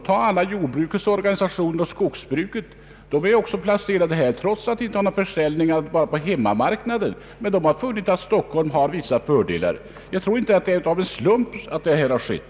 Tag t.ex. alla jordbrukets och skogsbrukets organisationer som är placerade här i staden, trots att de endast har försäljning på hemmamarknaden! Men de har funnit att Stockholm har vissa fördelar, och jag tror inte att det är av en slump som detta har skett.